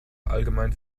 allgemein